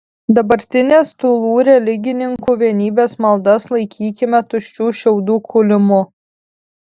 dabartinės tūlų religininkų vienybės maldas laikykime tuščių šiaudų kūlimu